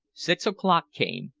six o'clock came.